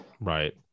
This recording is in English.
Right